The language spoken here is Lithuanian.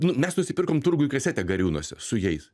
nu mes nusipirkom turguje kasetę gariūnuose su jais